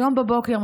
היום בבוקר,